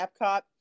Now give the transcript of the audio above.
Epcot